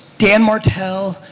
dan martell,